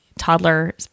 toddler